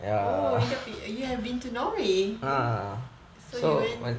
oh you dah pergi you have been to norway so you went